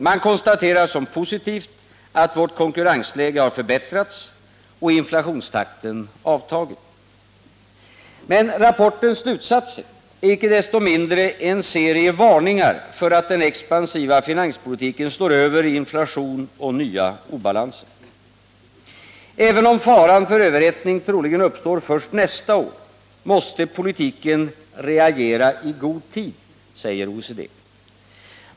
Man konstaterar som positivt att vårt konkurrensläge har förbättrats och att inflationstakten avtagit. Men rapportens slutsatser är icke desto mindre en serie varningar för att den expansiva finanspolitiken slår över i inflation och nya obalanser. Även om faran för överhettning troligen uppstår först nästa år, måste politiker reagera i god tid, säger OECD.